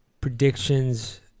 predictions